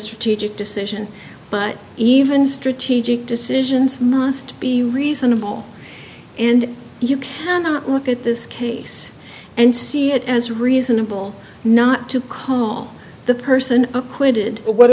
strategic decision but even strategic decisions must be reasonable and you cannot look at this case and see it as reasonable not to call the person acquitted what